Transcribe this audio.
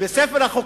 בספר החוקים,